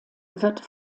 wird